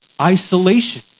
isolation